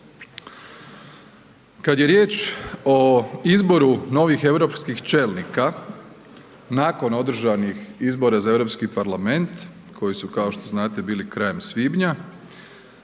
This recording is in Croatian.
Kad je riječ o izboru novih europskih čelnika nakon održanih izbora za Europski parlament koji su, kao što znate, bili krajem svibnja,